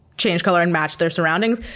change color and match their surroundings.